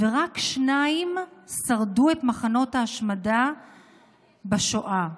ורק שניים שרדו את מחנות ההשמדה בשואה.